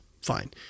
Fine